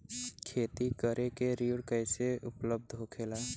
खेती करे के ऋण कैसे उपलब्ध होखेला?